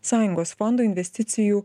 sąjungos fondo investicijų